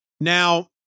Now